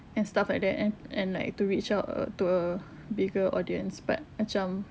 and stuff like that and and like to reach out err to a bigger audience but macam